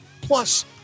plus